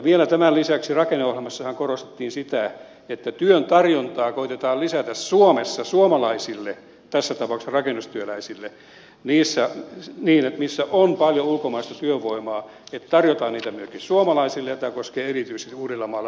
vielä tämän lisäksi rakenneohjelmassahan korostettiin sitä että työn tarjontaa koetetaan lisätä suomessa suomalaisille tässä tapauksessa rakennustyöläisille missä on paljon ulkomaista työvoimaa niin että tarjotaan niitä myöskin suomalaisille ja tämä koskee erityisesti uudellamaalla rakennusalaa